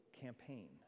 campaign